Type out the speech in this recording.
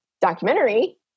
documentary